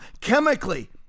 chemically